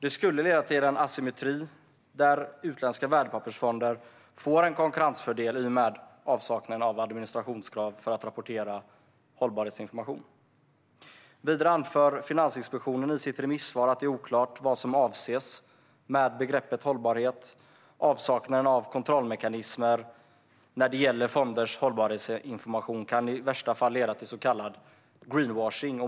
Det skulle leda till en asymmetri där utländska värdepappersfonder skulle få en konkurrensfördel i och med avsaknaden av administrationskrav för att rapportera hållbarhetsinformation. Vidare anför Finansinspektionen i sitt remissvar att det är oklart vad som avses med begreppet hållbarhet. Avsaknaden av kontrollmekanismer när det gäller fonders hållbarhetsinformation kan i värsta fall leda till så kallad greenwashing.